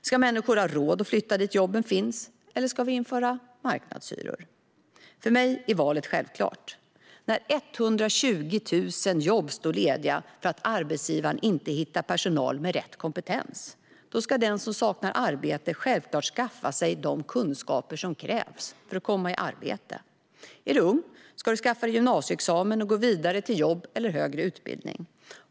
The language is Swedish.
Ska människor ha råd att flytta dit jobben finns, eller ska vi införa marknadshyror? För mig är valet självklart. När 120 000 jobb är lediga för att arbetsgivare inte hittar personal med rätt kompetens ska den som saknar arbete självklart skaffa sig de kunskaper som krävs för att komma i arbete. Är du ung ska du skaffa dig gymnasieexamen och gå vidare till jobb eller högre utbildning.